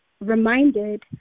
reminded